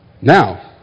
Now